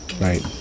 right